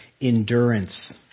endurance